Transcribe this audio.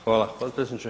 Hvala potpredsjedniče.